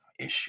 issue